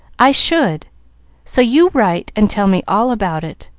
i should so you write and tell me all about it.